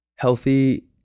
healthy